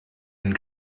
ein